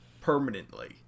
Permanently